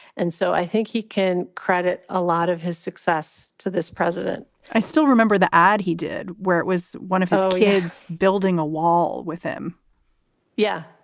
and so i think he can credit a lot of his success to this president i still remember the ad he did where it was wonderful. oh, he is building a wall with him yeah.